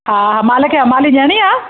हा हा अमाल खे अमाली ॾियणी आहे